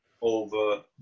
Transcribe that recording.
over